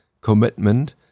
commitment